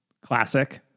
classic